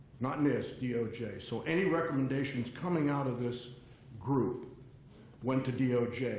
not nist, yeah doj. so any recommendations coming out of this group went to doj.